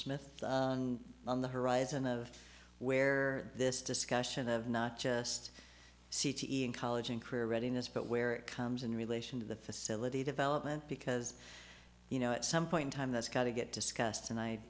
smith on the horizon of where this discussion of not just c t e in college and career ready in this but where it comes in relation to the facility development because you know at some point in time that's got to get discussed and i